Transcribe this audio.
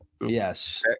yes